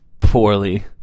poorly